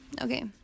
okay